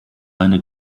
eine